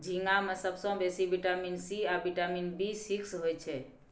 झींगा मे सबसँ बेसी बिटामिन सी आ बिटामिन बी सिक्स होइ छै